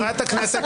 חברת הכנסת,